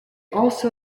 also